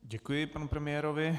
Děkuji panu premiérovi.